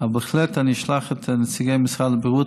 בהחלט אני אשלח את נציגי משרד הבריאות.